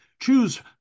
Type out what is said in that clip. Choose